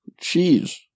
Cheese